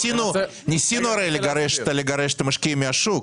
--- ניסינו, הרי, לגרש את המשקיעים מהשוק.